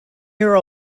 year